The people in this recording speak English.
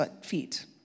feet